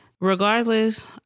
Regardless